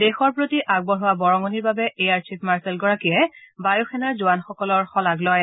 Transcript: দেশৰ প্ৰতি আগবঢ়োৱা বৰঙণিৰ বাবে এয়াৰ চীফ মাৰ্শ্বলগৰাকীয়ে বায়ু সেনাৰ জোৱানসকলৰ শলাগ লয়